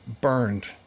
burned